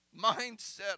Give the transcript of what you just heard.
mindset